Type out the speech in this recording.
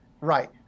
Right